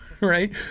right